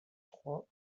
trois